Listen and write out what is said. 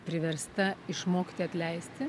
priversta išmokti atleisti